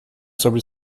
sobre